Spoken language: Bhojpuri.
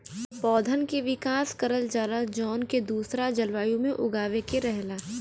पौधन के विकास करल जाला जौन के दूसरा जलवायु में उगावे के रहला